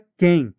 quem